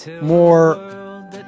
more